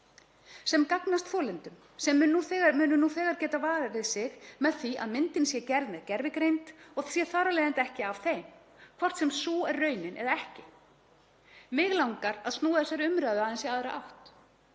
Sem gagnast þolendum sem munu nú þegar geta varið sig með því að myndin sé gerð með gervigreind og sé þar af leiðandi ekki af þeim, hvort sem sú er raunin eða ekki. Mig langar að snúa þessari umræðu aðeins í aðra átt.